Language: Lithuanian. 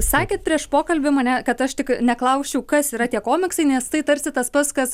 sakėt prieš pokalbį mane kad aš tik neklausčiau kas yra tie komiksai nes tai tarsi tas pats kas